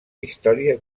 història